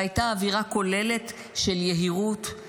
והייתה אווירה כוללת של יהירות,